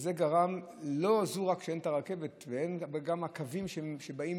לא רק שאין רכבת, גם קווים שבאים